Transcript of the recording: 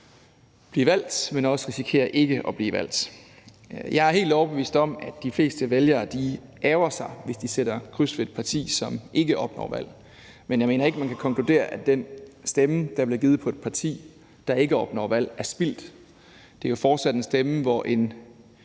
blive valgt, men også risikere ikke at blive valgt. Jeg er helt overbevist om, at de fleste vælgere ærgrer sig, hvis de sætter kryds ved et parti, som ikke opnår valg, men jeg mener ikke, man kan konkludere, at den stemme, der bliver givet på et parti, der ikke opnår valg, er spildt. Det er jo fortsat en stemme, hvor en